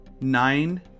nine